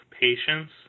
patience